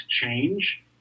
change